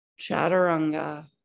Chaturanga